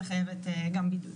אתן רוצות להסביר לנו את רקע הבקשה?